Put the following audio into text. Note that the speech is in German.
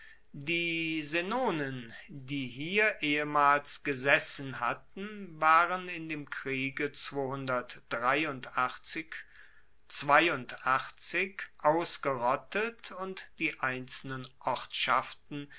die senonen die hier ehemals gesessen hatten waren in dem kriege ausgerottet und die einzelnen ortschaften